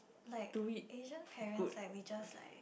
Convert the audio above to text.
like Asian parents like we just like